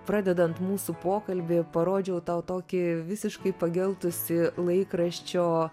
pradedant mūsų pokalbį parodžiau tau tokį visiškai pageltusį laikraščio